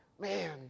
man